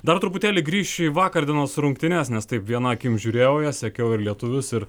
dar truputėlį grįš į vakar dienos rungtynes nes tai viena akim žiūrėjau jau sekiau ir lietuvius ir